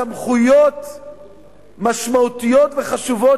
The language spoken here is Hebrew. סמכויות משמעותיות וחשובות,